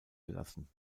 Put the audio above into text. gelassen